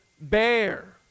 bear